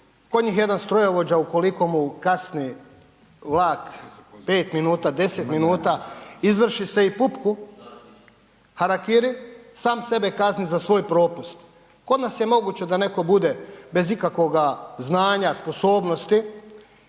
kod njih jedan strojovođa, ukoliko mu kasni vlak 5 minuta, 10 minuta izvrši .../Govornik se ne razumije./..., harakiri, sam sebe kazni za svoj propust. Kod nas moguće da netko bude bez ikakvoga znanja, sposobnosti,